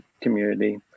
community